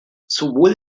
sowohl